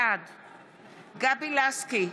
בעד גבי לסקי,